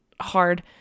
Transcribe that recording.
hard